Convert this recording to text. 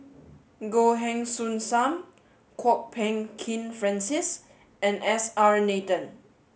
Goh Heng Soon Sam Kwok Peng Kin Francis and S R Nathan